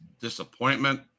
disappointment